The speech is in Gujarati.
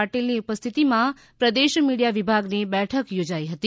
પાટીલની ઉપસ્થિતીમાં પ્રદેશ મીડીયા વિભાગની બેઠક યોજાઈ હતી